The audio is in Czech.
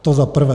To za prvé.